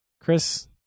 Chris